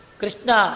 Krishna